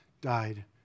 died